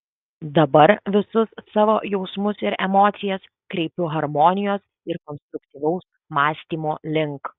dabar visus savo jausmus ir emocijas kreipiu harmonijos ir konstruktyvaus mąstymo link